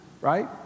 right